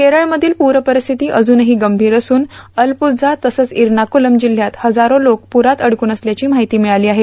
केरळमधील पूरपरिस्थिती अजूनही गंभीर असून अलप्प्रझा तसंच इरनाकलम जिल्हयात हजारो लोकं पुरात अडकून असल्याची माहिती मिळाली आहे